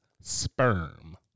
sperm